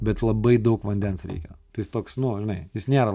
bet labai daug vandens reikia tai jis toks nu žinai jis nėra